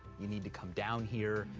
you need to come down here.